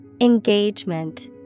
Engagement